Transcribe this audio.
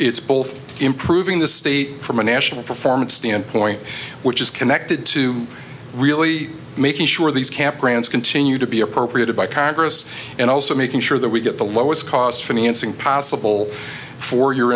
it's both improving the state from a national performance standpoint which is connected to really making sure these campgrounds continue to be appropriated by congress and also making sure that we get the lowest cost for me it's impossible for your